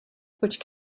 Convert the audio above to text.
which